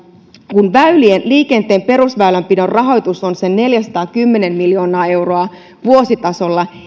kun väylien liikenteen perusväylänpidon rahoitus on se neljäsataakymmentä miljoonaa euroa vuositasolla